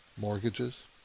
mortgages